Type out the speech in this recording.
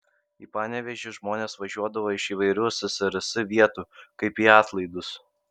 į panevėžį žmonės važiuodavo iš įvairių ssrs vietų kaip į atlaidus